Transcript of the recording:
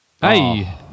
hey